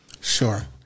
Sure